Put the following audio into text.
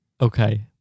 Okay